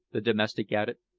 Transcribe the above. the domestic added,